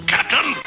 Captain